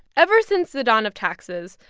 ever since the dawn of taxes,